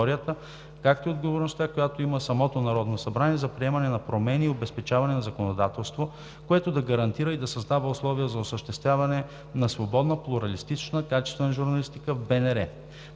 както и отговорността, която има самото Народно събрание за приемане на промени и обезпечаване на законодателство, което да гарантира и да създава условия за осъществяване на свободна, плуралистична, качествена журналистика в